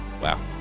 Wow